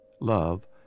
love